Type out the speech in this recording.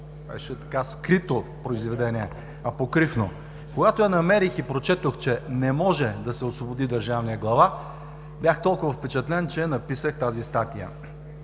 Когато я намерих и прочетох, че не може да се освободи държавният глава, бях толкова впечатлен, че написах тази статия.